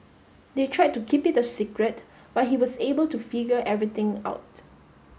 they tried to keep it a secret but he was able to figure everything out